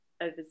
over